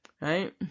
Right